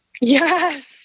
Yes